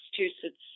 Massachusetts